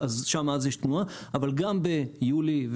אבל גם ביולי,